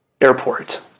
airport